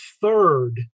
third